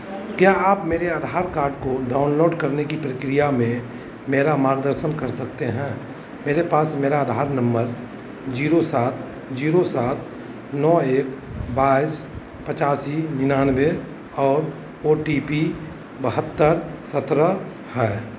क्या आप मेरे आधार कार्ड को डाउनलोड करने की प्रक्रिया में मेरा मार्गदर्शन कर सकते हैं मेरे पास मेरा आधार नंबर जीरो सात जीरो सात नौ एक बाईस पचासी निनानवे और ओ टी पी बहत्तर सत्रह है